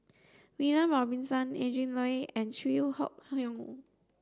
William Robinson Adrin Loi and Chew Hock Leong